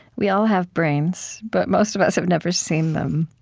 we all have brains. but most of us have never seen them.